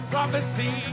Prophecy